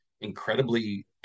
incredibly